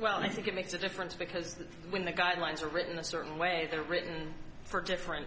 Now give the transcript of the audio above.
well i think it makes a difference because that's when the guidelines are written a certain way they're written for different